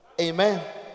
Amen